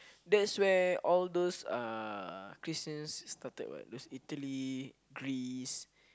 that's where all those uh Christians started what those Italy Greece